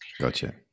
Gotcha